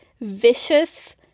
vicious